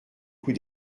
coups